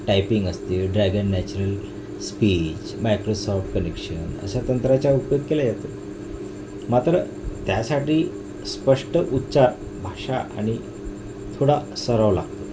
typing असते dragon natural speech Microsoft connection अशा तंत्राचा उपयोग केला जातो मात्र त्यासाठी स्पष्ट उच्चार भाषा आणि थोडा सराव लागतो